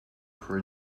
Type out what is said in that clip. for